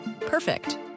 Perfect